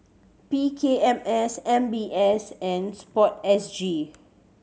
P K M S M B S and Sport S G